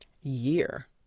year